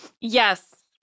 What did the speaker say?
Yes